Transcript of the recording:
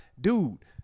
dude